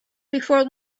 before